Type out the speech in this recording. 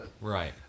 Right